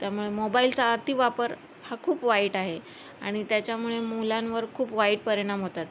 त्यामुळे मोबाईलचा अतिवापर हा खूप वाईट आहे आणि त्याच्यामुळे मुलांवर खूप वाईट परिणाम होतात